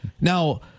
Now